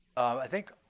i think